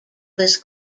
was